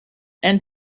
and